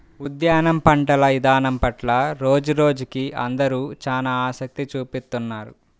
ఉద్యాన పంటల ఇదానం పట్ల రోజురోజుకీ అందరూ చానా ఆసక్తి చూపిత్తున్నారు